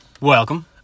welcome